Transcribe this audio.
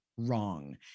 Wrong